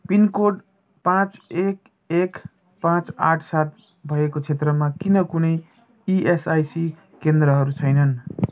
pin code पाँच एक एक पाँच आठ सात भएको क्षेत्रमा किन कुनै भएको क्षेत्रमा किन कुनै इएसआइसी केन्द्रहरू छैनन्